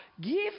Give